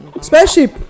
spaceship